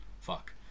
fuck